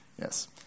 Yes